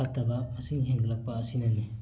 ꯐꯠꯇꯕ ꯏꯁꯤꯡ ꯍꯦꯟꯖꯤꯜꯂꯛꯄ ꯑꯁꯤꯅꯅꯤ